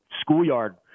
schoolyard